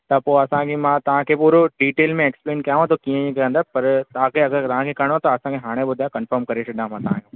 त पोइ असांजी मां तव्हां खे पूरो डिटेल में एक्सप्लेन कयांव थो कीअं ई कंदा पर तव्हां खे अगरि तव्हां खे करिणो आहे त हाणे ॿुधायो कन्फर्म करे छॾियांव मां तव्हां खे